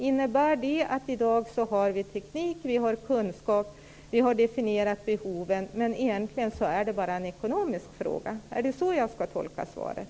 Innebär det att det i dag finns teknik, kunskap och att behoven är definierade, men att det egentligen bara är en ekonomisk fråga? Är det så jag skall tolka svaret?